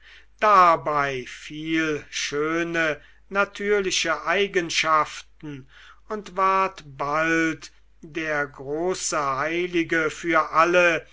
dabei viel schöne natürliche eigenschaften und ward bald der große heilige für alle